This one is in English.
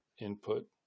input